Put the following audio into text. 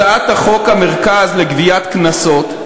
הצעת החוק לתיקון חוק המרכז לגביית קנסות,